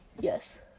Yes